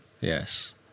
Yes